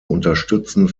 unterstützen